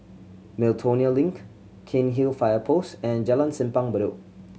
Miltonia Link Cairnhill Fire Post and Jalan Simpang Bedok